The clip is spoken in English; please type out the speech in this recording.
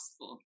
possible